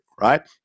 right